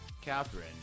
Catherine